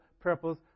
purpose